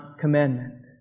commandment